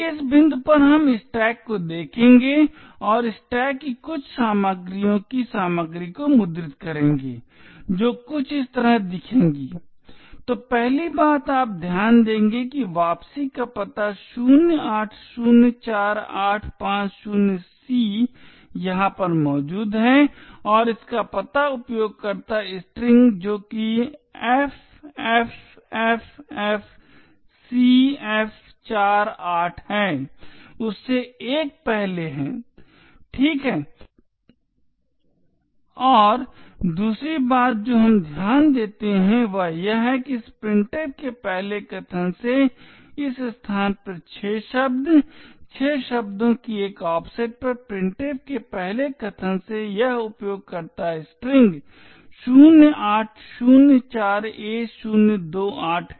इस बिंदु पर हम स्टैक को देखेंगे और स्टैक की कुछ सामग्रियों की सामग्री को मुद्रित करेंगे जो कुछ इस तरह दिखेगी तो पहली बात आप ध्यान देंगे कि वापसी का पता 0804850C यहाँ पर मौजूद है और इसका पता उपयोगकर्ता स्ट्रिंग जो कि ffffcf48 है उससे 1 पहले है ठीक और दूसरी बात जो हम ध्यान देते हैं वह यह है कि इस printf के पहले कथन से इस स्थान पर 6 शब्द 6 शब्दों की एक ऑफसेट पर printf के पहले कथन से यह उपयोगकर्ता स्ट्रिंग 0804a028 है